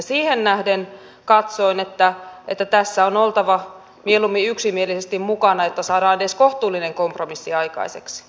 siihen nähden katsoin että tässä on oltava mieluummin yksimielisesti mukana että saadaan edes kohtuullinen kompromissi aikaiseksi